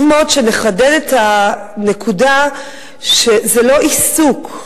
מאוד שנחדד את הנקודה שזה לא עיסוק,